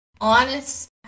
honest